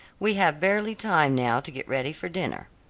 we have barely time now to get ready for dinner.